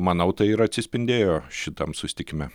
manau tai ir atsispindėjo šitam susitikime